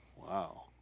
Wow